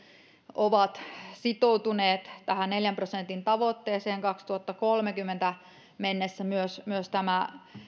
ovat sitoutuneet tähän neljän prosentin tavoitteeseen vuoteen kaksituhattakolmekymmentä mennessä myös myös tämä